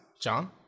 John